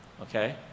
okay